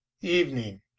Evening